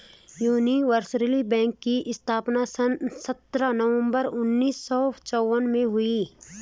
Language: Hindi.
यूनिवर्सल बैंक की स्थापना सत्रह नवंबर उन्नीस सौ चौवन में हुई थी